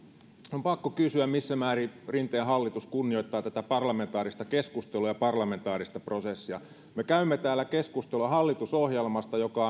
on pakko kysyä missä määrin rinteen hallitus kunnioittaa tätä parlamentaarista keskustelua ja parlamentaarista prosessia me käymme täällä keskustelua hallitusohjelmasta joka